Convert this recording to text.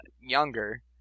younger